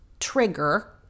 trigger